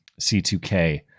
C2K